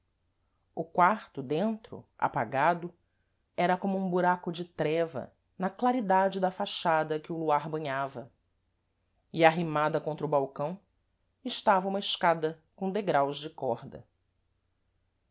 o quarto dentro apagado era como um buraco de treva na claridade da fachada que o luar banhava e arrimada contra o balcão estava uma escada com degraus de corda